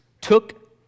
Took